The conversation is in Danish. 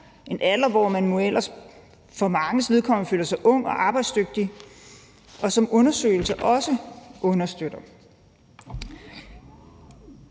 en alder, hvor man jo for manges vedkommende føler sig ung og arbejdsdygtig, hvad undersøgelser også understøtter.